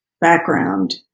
background